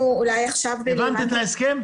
ההסכם?